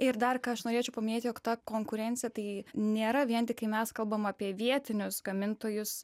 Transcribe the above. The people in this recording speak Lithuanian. ir dar ką aš norėčiau paminėt jog ta konkurencija tai nėra vien tik kai mes kalbam apie vietinius gamintojus